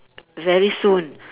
very soon